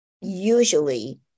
usually